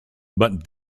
but